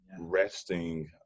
resting